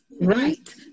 right